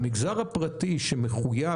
המגזר הפרטי שמחויב,